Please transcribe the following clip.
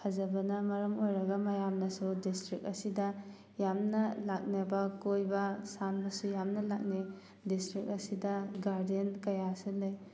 ꯐꯖꯕꯅ ꯃꯔꯝ ꯑꯣꯏꯔꯒ ꯃꯌꯥꯝꯅꯁꯨ ꯗꯤꯁꯇ꯭ꯔꯤꯛ ꯑꯁꯤꯗ ꯌꯥꯝꯅ ꯂꯥꯛꯅꯕ ꯀꯣꯏꯕ ꯁꯥꯟꯅꯁꯨ ꯌꯥꯝꯅ ꯂꯥꯛꯅꯩ ꯗꯤꯁꯇ꯭ꯔꯤꯛ ꯑꯁꯤꯗ ꯒꯥꯔꯗꯦꯟ ꯀꯌꯥꯁꯨ ꯂꯩ